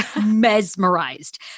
mesmerized